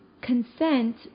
consent